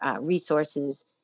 resources